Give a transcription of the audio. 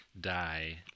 die